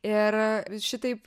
ir šitaip